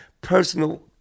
personal